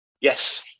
Yes